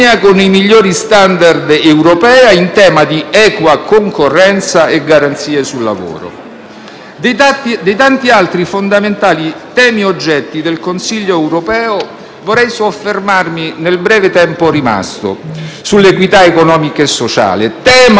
Dei tanti altri, fondamentali temi oggetto del Consiglio europeo, vorrei soffermarmi, nel breve tempo rimasto, sull'equità economica e sociale; tema fondamentale per il MoVimento 5 Stelle e per l'azione del Governo del cambiamento da lei guidato.